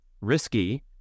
risky